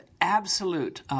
absolute